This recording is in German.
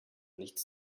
nichts